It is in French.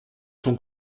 son